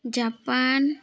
Japan